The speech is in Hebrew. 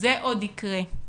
זה עוד יקרה.